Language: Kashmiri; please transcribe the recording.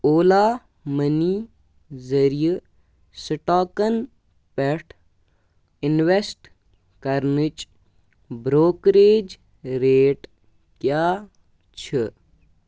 اولا مٔنی ذٔریعہِ سِٹاکَن پٮ۪ٹھ اِنوٮ۪سٹ کَرنٕچ برٛوکریج ریٹ کیٛاہ چھِ